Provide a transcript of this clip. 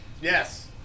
Yes